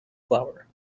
flower